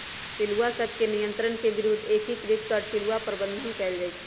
पिलुआ सभ के नियंत्रण के विद्ध के एकीकृत कर पिलुआ प्रबंधन कएल जाइ छइ